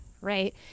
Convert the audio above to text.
right